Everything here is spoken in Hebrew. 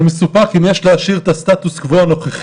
אני מסופק אם יש להשאיר את הסטטוס קוו הנוכחי,